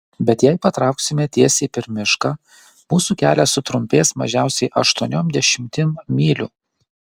bet jei patrauksime tiesiai per mišką mūsų kelias sutrumpės mažiausiai aštuoniom dešimtim mylių